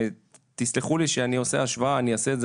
תסלחו לי על ההשוואה שאני אעשה,